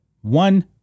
one